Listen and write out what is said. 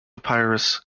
epirus